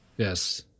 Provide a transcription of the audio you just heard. Yes